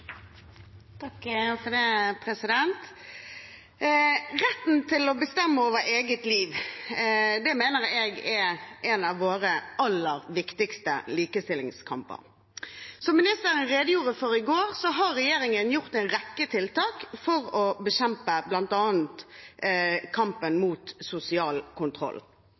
redegjorde for i går, har regjeringen gjort en rekke tiltak for å bekjempe bl.a. sosial kontroll.